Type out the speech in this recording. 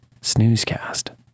snoozecast